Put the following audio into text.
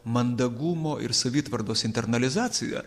mandagumo ir savitvardos internalizacija